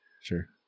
Sure